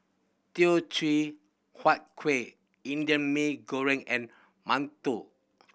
Teochew Huat Kueh Indian Mee Goreng and mantou